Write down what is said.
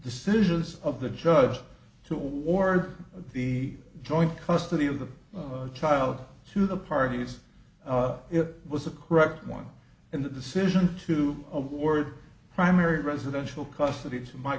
decisions of the judge to award the joint custody of the child to the parties it was a correct one and the decision to award primary residential custody to my